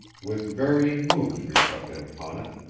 with varying moods reflected upon it,